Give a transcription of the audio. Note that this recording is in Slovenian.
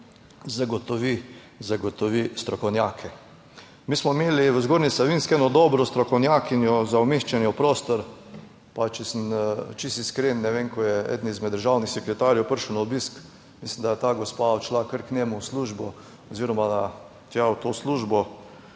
zagotovi strokovnjake, mi smo imeli v Zgornji Savinjski eno dobro strokovnjakinjo za umeščanje v prostor, pa če sem čisto iskren, ne vem, ko je eden izmed državnih sekretarjev prišel na obisk, mislim, da je ta gospa odšla kar k njemu v službo oziroma tja v to službo.